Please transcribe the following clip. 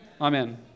Amen